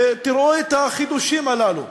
ותראו את החידושים הללו: